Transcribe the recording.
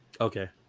Okay